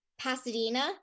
Pasadena